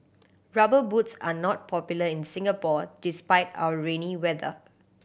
Rubber Boots are not popular in Singapore despite our rainy weather